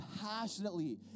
passionately